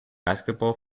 basketball